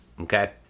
Okay